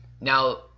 Now